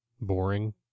boring